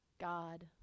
God